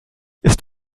ist